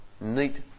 neat